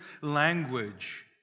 language